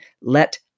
let